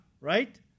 right